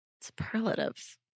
Superlatives